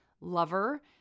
lover